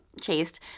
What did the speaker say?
chased